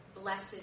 blessed